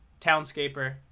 townscaper